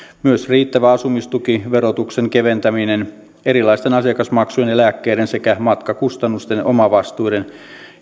myös riittävä asumistuki verotuksen keventäminen erilaisten asiakasmaksujen ja lääkkeiden sekä matkakustannusten omavastuiden